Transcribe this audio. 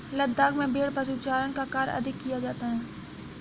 लद्दाख में भेड़ पशुचारण का कार्य अधिक किया जाता है